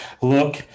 Look